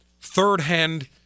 third-hand